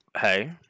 Hey